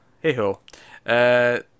Hey-ho